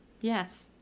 yes